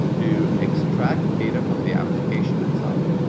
do extract data from the application itself,